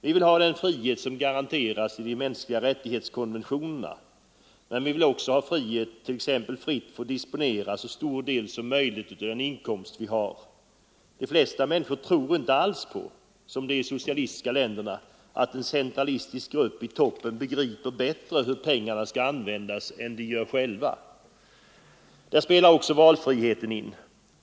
Vi vill ha den frihet som garanteras i konventionerna om de mänskliga rättigheterna, men vi vill också ha frihet att disponera så stor del som möjligt av vår inkomst. De flesta människor tror inte alls på, såsom man gör i de socialistiska länderna, att en centralistisk grupp i toppen begriper bättre hur pengarna skall användas än de själva gör. Där spelar också valfriheten in.